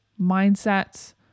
mindsets